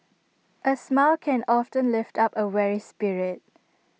A smile can often lift up A weary spirit